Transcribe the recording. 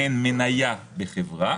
מעין מניה בחברה.